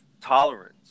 tolerance